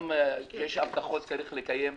כאשר יש הבטחות צריך לקיים אותן.